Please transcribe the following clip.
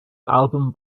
album